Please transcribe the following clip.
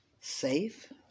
safe